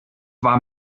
war